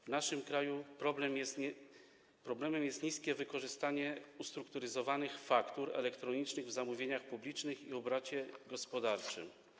W naszym kraju problemem jest niskie wykorzystanie ustrukturyzowanych faktur elektronicznych w zamówieniach publicznych i obrocie gospodarczym.